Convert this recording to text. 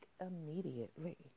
immediately